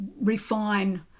refine